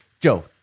Joe